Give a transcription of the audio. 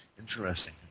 Interesting